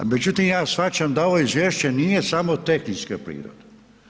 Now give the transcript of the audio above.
Međutim, ja shvaćam da ovo izvješće nije samo tehničke prirode.